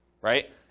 right